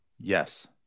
Yes